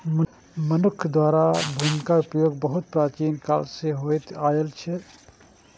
मनुक्ख द्वारा भूमिक उपयोग बहुत प्राचीन काल सं होइत आयल छै